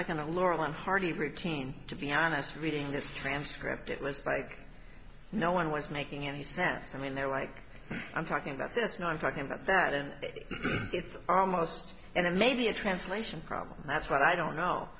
like in a laurel and hardy routine to be honest reading this transcript it was like no one was making any sense i mean they're like i'm talking about this and i'm talking about that and it's almost and it may be a translation problem that's what i don't know